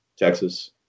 Texas